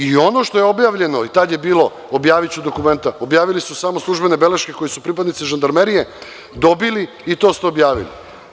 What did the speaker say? I ono što je objavljeno, i tada je bilo – objaviću dokumenta, a objavili su samo službene beleške koje su pripadnici žandarmerije dobili i to ste objavili.